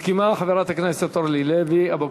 מסכימה, חברת הכנסת אורלי לוי אבקסיס?